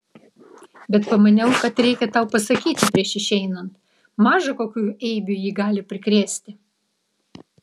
bet pamaniau kad reikia tau pasakyti prieš išeinant maža kokių eibių ji gali prikrėsti